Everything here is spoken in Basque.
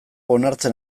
onartzen